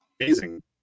Amazing